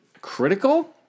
critical